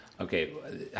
Okay